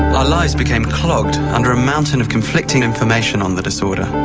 our lives became clogged under a mountain of conflicting information on the disorder.